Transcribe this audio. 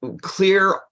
clear